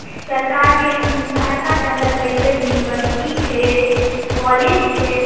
सरकारके सहरसाके अन्दर पैघ पैघ यूनिवर्सिटी छै कॉलेज छै